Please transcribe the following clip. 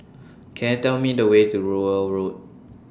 Can I Tell Me The Way to Rowell Road